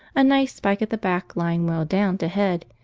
a nice spike at the back lying well down to head,